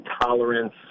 tolerance